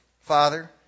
Father